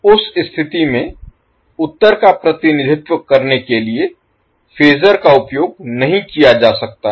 उस स्थिति में उत्तर का प्रतिनिधित्व करने के लिए फ़ेसर का उपयोग नहीं किया जा सकता है